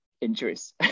injuries